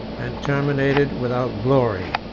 and terminated without glory.